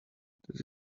that